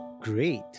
Great